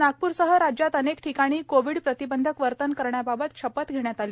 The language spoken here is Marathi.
आज नागपूरसह राज्यात अनेक ठिकाणी कोविड प्रतिबंधक वर्तन करण्याबाबत शपथ घेण्यात आली